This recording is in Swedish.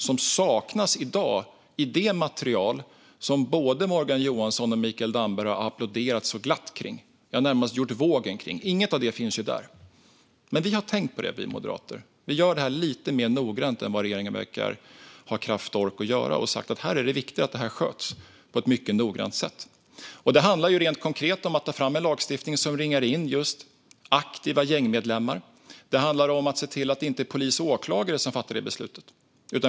Det saknas i dag i det material som både Morgan Johansson och Mikael Damberg har applåderat så glatt och närmast gjort vågen för. Inget av detta finns där. Men vi moderater har tänkt på det. Vi gör detta lite mer noggrant än vad regeringen verkar ha kraft och ork att göra. Vi har sagt att det är viktigt att detta sköts på ett mycket noggrant sätt. Det handlar rent konkret om att ta fram en lagstiftning som ringar in just aktiva gängmedlemmar. Det handlar om att se till att det inte är polis och åklagare som fattar dessa beslut.